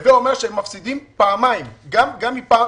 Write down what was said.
הווה אומר שהם מפסידים פעמיים, גם לא מקבלים